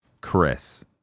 Chris